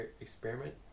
experiment